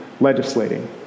legislating